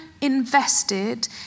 invested